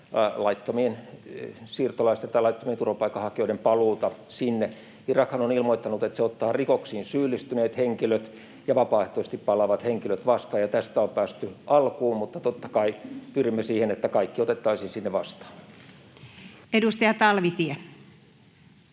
laittomien siirtolaisten tai laittomien turvapaikanhakijoiden paluuta sinne. Irakhan on ilmoittanut, että se ottaa rikoksiin syyllistyneet henkilöt ja vapaaehtoisesti palaavat henkilöt vastaan, ja tässä on päästy alkuun. Mutta totta kai pyrimme siihen, että kaikki otettaisiin sinne vastaan. Edustaja Talvitie.